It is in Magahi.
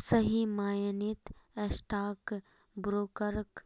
सही मायनेत स्टाक ब्रोकरक